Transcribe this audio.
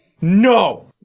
No